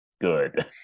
good